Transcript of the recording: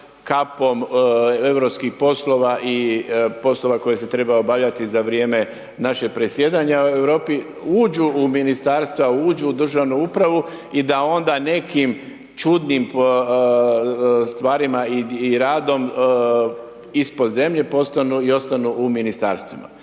kapom europskih poslova i poslova koje se trebaju obavljati za vrijeme naše predsjedanje u Europi, uđu u ministarstva, uđu u državnu upravu i da onda nekim čudnim stvarima i radom, ispod zemlje postanu i ostanu u ministarstvima.